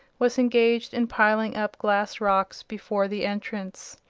was engaged in piling up glass rocks before the entrance.